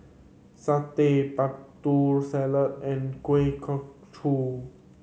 satay Putri Salad and Kuih Kochi